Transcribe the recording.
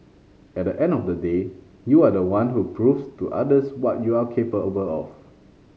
at the end of the day you are the one who proves to others what you are capable of